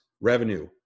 revenue